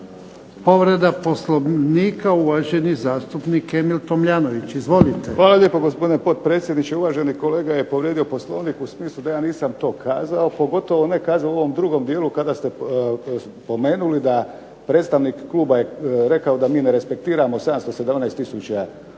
Hvala lijepa gospodine potpredsjedniče. Uvaženi kolega je povrijedio Poslovnik u smislu da ja nisam to kazao, pogotovo ne kazao u ovom drugom dijelu kada ste spomenuli da predstavnik kluba je rekao da mi ne respektiramo 717 tisuća